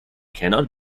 cannot